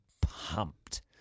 pumped